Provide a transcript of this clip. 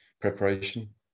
preparation